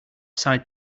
side